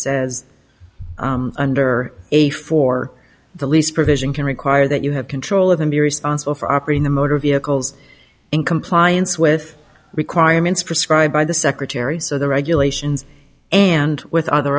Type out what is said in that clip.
says under a four the lease provision can require that you have control of him be responsible for operating the motor vehicles in compliance with requirements prescribed by the secretary so the regulations and with other